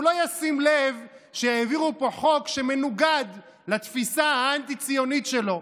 הוא לא ישים לב שהעבירו פה חוק שמנוגד לתפיסה האנטי-ציונית שלו.